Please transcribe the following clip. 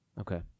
Okay